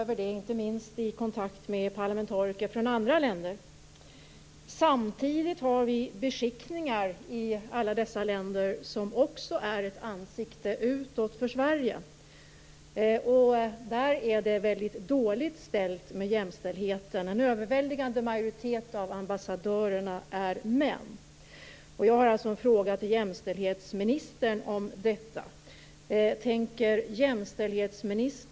Fru talman! Med rätta berömmer vi oss i Sverige av att ha Sveriges mest jämställda parlament. Vi är mäkta stolta över detta, inte minst vid kontakter med parlamentariker från andra länder. Samtidigt har vi i alla dessa länder beskickningar, som också är ett ansikte utåt för Sverige. Där är det väldigt dåligt ställt med jämställdheten.